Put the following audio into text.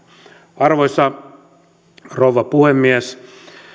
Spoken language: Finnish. arvoisa rouva puhemies